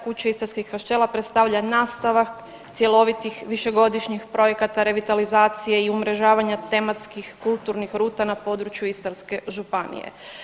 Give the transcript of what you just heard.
Kuća istarskih kaštela predstavlja nastavak cjelovitih višegodišnjih projekata revitalizacije i umrežavanja tematskih i kulturnih ruta na području Istarske županije.